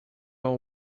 all